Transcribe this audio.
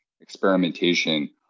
experimentation